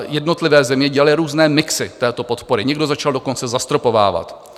Jednotlivé země dělaly různé mixy této podpory, někdo začal dokonce zastropovávat.